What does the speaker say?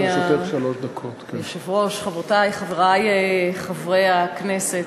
היושב-ראש, חברותי, חברי חברי הכנסת,